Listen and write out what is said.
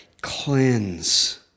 cleanse